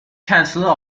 chancellor